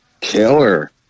killer